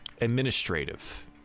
administrative